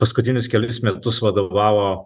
paskutinius kelis metus vadovavo